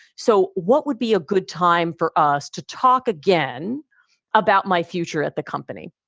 so what would be a good time for us to talk again about my future at the company?